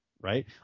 Right